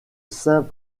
saint